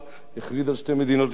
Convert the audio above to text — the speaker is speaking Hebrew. הכריז על שתי מדינות לשני עמים,